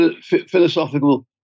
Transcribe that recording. philosophical